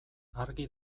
argi